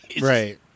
Right